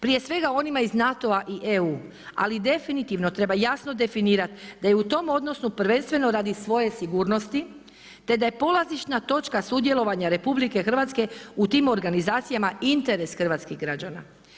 Prije svega onima iz NATO-a i EU, ali definitivno treba jasno definirati da je u tom odnosu prvenstveno radi svoje sigurnosti te da je polazišna točka sudjelovanja RH u tim organizacijama, interes hrvatskih građana.